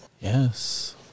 Yes